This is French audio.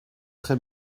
très